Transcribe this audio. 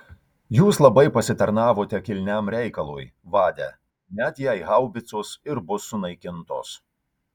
jūs labai pasitarnavote kilniam reikalui vade net jei haubicos ir bus sunaikintos